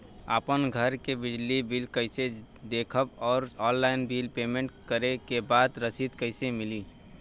आपन घर के बिजली बिल कईसे देखम् और ऑनलाइन बिल पेमेंट करे के बाद रसीद कईसे मिली?